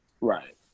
Right